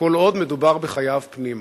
כל עוד מדובר בחייו פנימה.